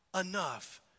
enough